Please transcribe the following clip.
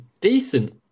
decent